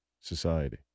society